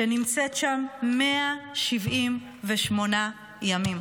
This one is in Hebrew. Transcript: שנמצאת שם 178 ימים.